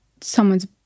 someone's